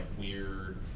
weird